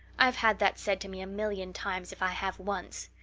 i've had that said to me a million times if i have once.